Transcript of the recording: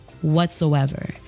whatsoever